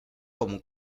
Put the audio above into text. como